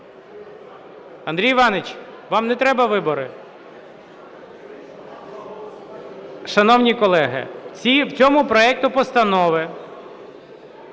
Андрій Іванович, вам не треба вибори? Шановні колеги, в цьому проекті постанови